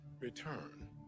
Return